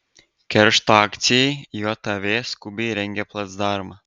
keršto akcijai jav skubiai rengia placdarmą